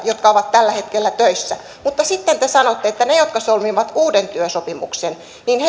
jotka ovat tällä hetkellä töissä mutta sitten te sanotte että ne jotka solmivat uuden työsopimuksen